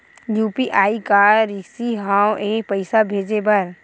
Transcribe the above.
UPI का रिसकी हंव ए पईसा भेजे बर?